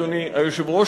אדוני היושב-ראש,